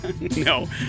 No